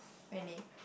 really